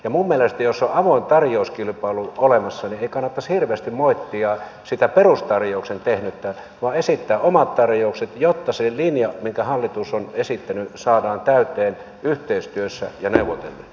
minun mielestäni jos on avoin tarjouskilpailu olemassa niin ei kannattaisi hirveästi moittia sitä perustarjouksen tehnyttä vaan esittää omat tarjoukset jotta se linja minkä hallitus on esittänyt saadaan täyteen yhteistyössä ja neuvotellen